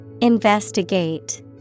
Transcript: Investigate